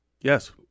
Yes